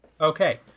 Okay